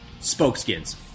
Spokeskins